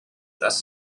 das